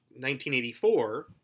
1984